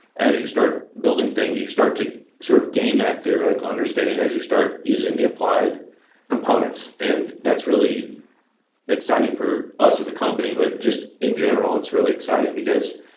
as you start building things, you start to sort of gain that theoretical, understanding as you start using the applied components. and that's really exciting for us as a company, but just in general it's really exciting because